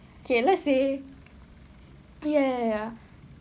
okay let's say ya ya ya ya ya